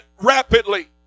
rapidly